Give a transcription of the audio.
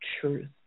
truth